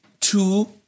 Two